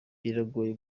biragoye